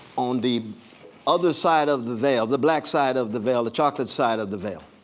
on the other side of the veil, the black side of the veil, the chocolate side of the veil,